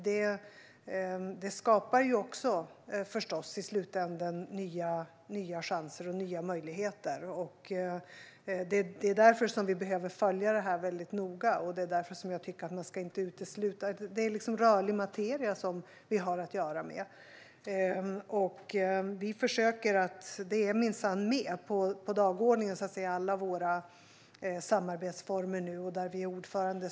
Det skapar också i slutändan nya chanser och möjligheter. Därför behöver vi följa detta mycket noga. Det är liksom rörlig materia som vi har att göra med. Detta är med på dagordningen i alla samarbetsformer när vi nu är ordförande.